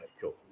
cool